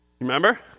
Remember